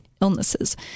illnesses